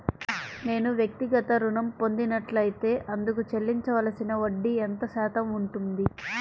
నేను వ్యక్తిగత ఋణం పొందినట్లైతే అందుకు చెల్లించవలసిన వడ్డీ ఎంత శాతం ఉంటుంది?